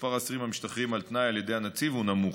מספר האסירים המשתחררים על תנאי על ידי הנציב הוא נמוך.